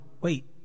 wait